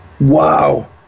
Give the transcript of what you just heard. Wow